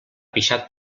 pixat